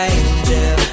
angel